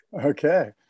okay